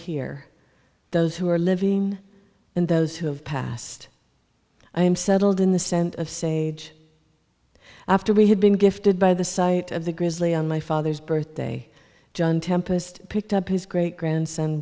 here those who are living and those who have passed i am settled in the scent of sage after we had been gifted by the sight of the grizzly on my father's birthday john tempest picked up his great grandson